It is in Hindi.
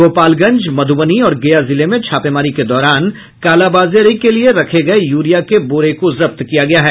गोपालगंज मधुबनी और गया जिले में छापेमारी के दौरान कालाबाजारी के लिये रखे गये यूरिया के बोरे को जब्त किया गया है